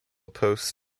post